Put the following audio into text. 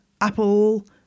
Apple